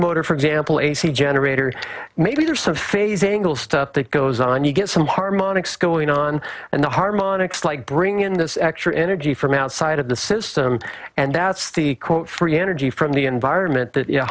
motor for example ac generator maybe there is some phase angle stuff that goes on you get some harmonics going on and the harmonics like bring in this extra energy from outside of the system and that's the quote free energy from the environment that y